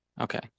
okay